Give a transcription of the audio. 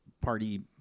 party